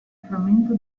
frammento